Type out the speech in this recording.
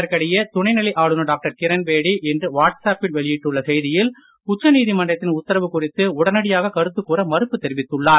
இதற்கிடையே துணைநிலை ஆளுநர் டாக்டர் கிரண்பேடி இன்று வாட்ஸ் அப்பில் வெளியிட்டுள்ள செய்தியில் உச்ச நீதிமன்றத்தின் உத்தரவு குறித்து உடனடியாக கருத்து கூற மறுப்பு தெரிவித்துள்ளார்